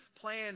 plan